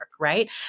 right